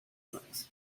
things